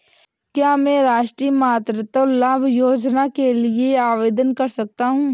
क्या मैं राष्ट्रीय मातृत्व लाभ योजना के लिए आवेदन कर सकता हूँ?